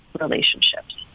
relationships